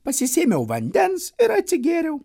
pasisėmiau vandens ir atsigėriau